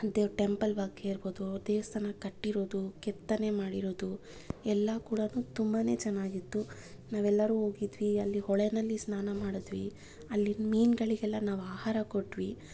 ದೆ temple ಬಗ್ಗೆ ಇರ್ಬೋದು ದೇವಸ್ಥಾನ ಕಟ್ಟಿರೋದು ಕೆತ್ತನೆ ಮಾಡಿರೋದು ಎಲ್ಲ ಕೂಡನು ತುಂಬನೇ ಚೆನ್ನಾಗಿತ್ತು ನಾವೆಲ್ಲರೂ ಹೋಗಿದ್ವಿ ಅಲ್ಲಿ ಹೊಳೆಯಲ್ಲಿ ಸ್ನಾನ ಮಾಡಿದ್ವಿ ಅಲ್ಲಿನ ಮೀನುಗಳಿಗೆಲ್ಲ ನಾವು ಆಹಾರ ಕೊಟ್ವಿ